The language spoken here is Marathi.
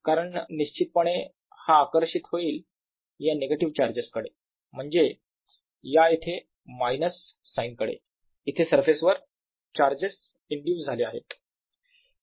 कारण निश्चितपणे हा आकर्षित होईल या निगेटिव्ह चार्जेस कडे म्हणजे या इथे मायनस सायन कडे इथे सरफेस वर चार्जेस इंड्यूस झाले आहेत